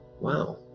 Wow